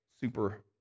super